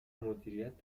مدیریت